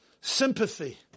sympathy